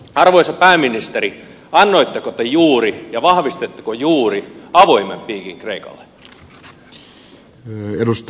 arvoisa pääministeri annoitteko te juuri ja vahvistitteko juuri avoimen piikin kreikalle